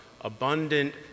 abundant